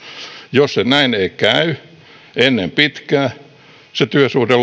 jos näin ei käy ennen pitkää se työsuhde